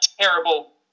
terrible